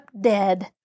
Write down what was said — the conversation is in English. dead